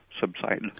subside